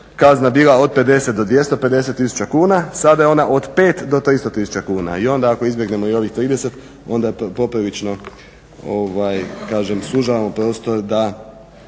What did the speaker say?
kazna bila od 50-250 tisuća kuna. sada je ona od 5-300 tisuća kuna i onda ako izbjegnemo i ovih 30 onda je to poprilično kažem sužavamo prostor da